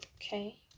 Okay